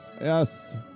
Yes